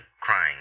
crying